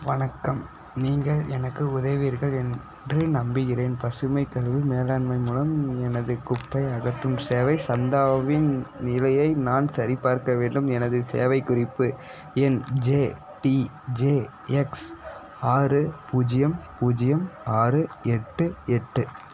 வணக்கம் நீங்கள் எனக்கு உதவுவீர்கள் என்று நம்புகிறேன் பசுமைக் கழிவு மேலாண்மை மூலம் எனது குப்பை அகற்றும் சேவை சந்தாவின் நிலையை நான் சரிபார்க்க வேண்டும் எனது சேவை குறிப்பு எண் ஜே டி ஜே எக்ஸ் ஆறு பூஜ்ஜியம் பூஜ்ஜியம் ஆறு எட்டு எட்டு